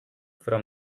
from